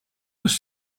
was